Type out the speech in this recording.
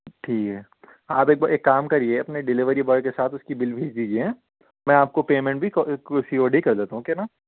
ٹھیک ہے آپ ایک کام کریے اپنے ڈیلیوری بوائے کے ساتھ اس کی بل بھیج دیجیے میں آپ کو پیمنٹ بھی سی او ڈی کر دیتا ہوں اوکے نا